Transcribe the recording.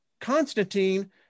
Constantine